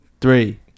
Three